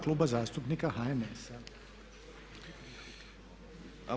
Kluba zastupnika HNS-a.